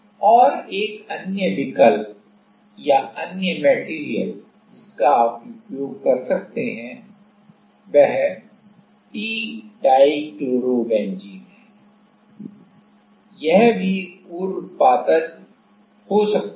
और एक अन्य विकल्प या अन्य मैटेरियल जिसका आप उपयोग कर सकते हैं वह टी डाइक्लोरोबेंजीन है यह भी उर्ध्वपातज हो सकता है